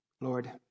Lord